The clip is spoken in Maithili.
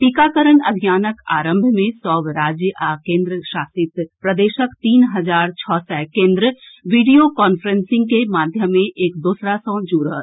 टीकाकरण अभियानक आरंभ मे सभ राज्य आ केन्द्र शासित प्रदेशक तीन हजार छओ सय केन्द्र वीडियो कांफ्रेंसिंगक माध्यमे एक दोसर सँ जुड़त